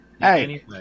Hey